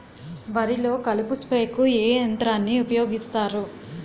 వరిలో కలుపు స్ప్రేకు ఏ యంత్రాన్ని ఊపాయోగిస్తారు?